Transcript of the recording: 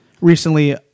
Recently